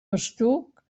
estuc